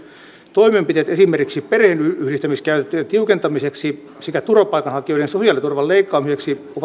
toimenpiteet esimerkiksi perheenyhdistämiskäytäntöjen tiukentamiseksi sekä turvapaikanhakijoiden sosiaaliturvan leikkaamiseksi on